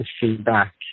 feedback